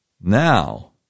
Now